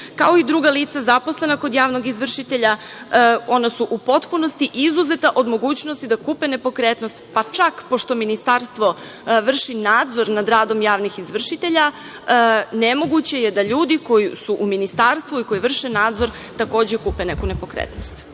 kao i druga lica zaposlena kod javnog izvršitelja. Ona su u potpunosti izuzeta od mogućnosti da kupe nepokretnost, pa čak ministarstvo vrši nadzor nad radom javnih izvršitelja. Nemoguće je da ljudi koji su u ministarstvu i koji vrše nadzor takođe kupe neku nepokretnost.